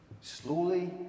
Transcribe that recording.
slowly